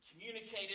communicated